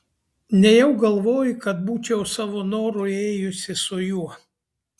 nejau galvoji kad būčiau savo noru ėjusi su juo